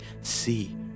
see